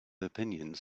opinions